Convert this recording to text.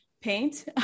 paint